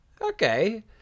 Okay